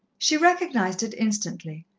she recognized it instantly,